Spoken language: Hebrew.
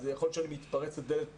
לכן יכול להיות שאני מתפרץ לדלת פתוחה.